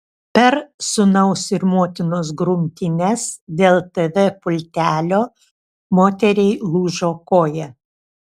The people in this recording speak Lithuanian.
per sūnaus ir motinos grumtynes dėl tv pultelio moteriai lūžo koja